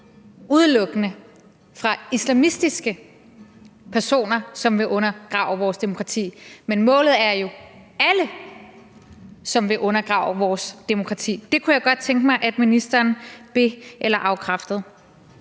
udelukkende fra islamistiske personer, som vil undergrave vores demokrati? Målgruppen er jo alle, som vil undergrave vores demokrati. Det kunne jeg godt tænke mig at ministeren be- eller afkræftede.